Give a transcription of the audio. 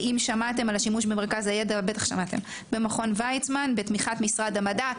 בטח שמעתם על השימוש במרכז הידע במכון ויצמן בתמיכת משרד המדע.